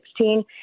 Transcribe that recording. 2016